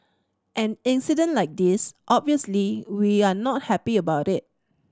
an incident like this obviously we are not happy about it